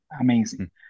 Amazing